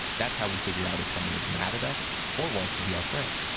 that's how we figure out if someone is mad at us or wants to be our friend.